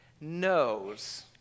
knows